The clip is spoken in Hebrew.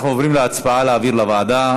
אנחנו עוברים להצבעה, להעביר לוועדה.